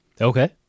Okay